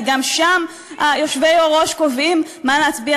כי גם שם יושבי-הראש קובעים מה להצביע,